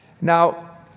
Now